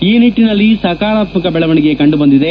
ಈ ನಿಟ್ಟನಲ್ಲಿ ಸಕಾರಾತ್ಮಕ ಬೆಳವಣಿಗೆ ಕಂಡು ಬಂದಿದೆ